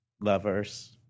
lovers